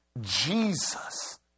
Jesus